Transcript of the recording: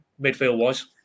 midfield-wise